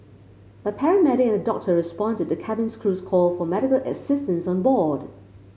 a paramedic and a doctor responded to cabin crew's call for medical assistance on board